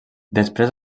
després